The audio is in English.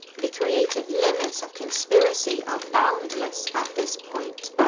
the creative limits of conspiracy are boundless at this point.